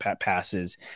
passes